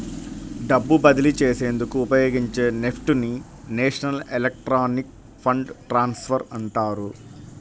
డబ్బు బదిలీ చేసేందుకు ఉపయోగించే నెఫ్ట్ ని నేషనల్ ఎలక్ట్రానిక్ ఫండ్ ట్రాన్స్ఫర్ అంటారు